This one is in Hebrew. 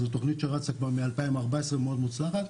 זו תוכנית שרצה כבר מ-2014 והיא מאוד מוצלחת.